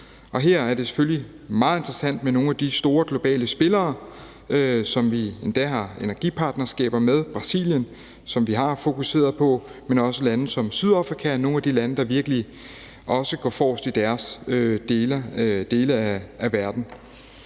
her er det selvfølgelig meget interessant med nogle af de store globale spillere, som vi endda har energipartnerskaber med – Brasilien, som vi har fokuseret på – men også lande som Sydafrika og nogle af de lande, som virkelig går forrest i deres dele af verden.